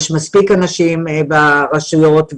יש מספיק אנשים ברשויות,